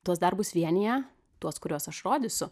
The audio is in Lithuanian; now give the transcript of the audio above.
tuos darbus vienija tuos kuriuos aš rodysiu